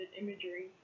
imagery